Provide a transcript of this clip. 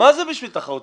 מה זה בשביל תחרות?